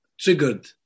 triggered